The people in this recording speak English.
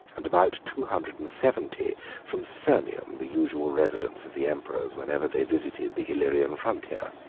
and about two hundred and seventy from sirmium, the usual residence of the emperors whenever they visited the illyrian frontier.